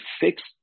fixed